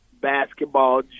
basketball